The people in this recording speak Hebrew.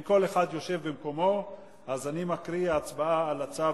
אם כל אחד יושב במקומו אז אני מקריא את הצו הראשון.